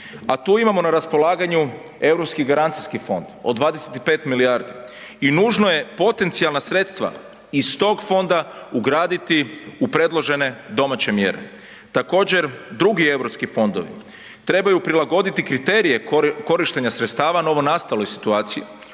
A tu imamo na raspolaganju Europski garancijski fond od 25 milijardi i nužno je potencijalna sredstava iz tog fonda ugraditi u predložene domaće mjere. Također drugi Europski fondovi trebaju prilagoditi kriterije korištenja sredstava novonastaloj situaciji,